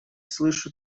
слышу